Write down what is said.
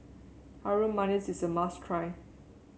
Harum Manis is a must try